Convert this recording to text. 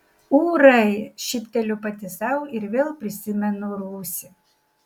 ūrai šypteliu pati sau ir vėl prisimenu rūsį